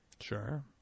Sure